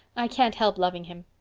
i can't help loving him.